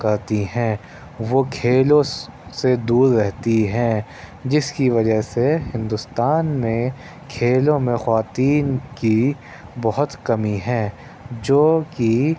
کرتی ہیں وہ کھیلوں سے سے دور رہتی ہیں جس کی وجہ سے ہندوستان میں کھیلوں میں خواتین کی بہت کمی ہے جو کہ